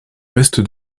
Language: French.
reste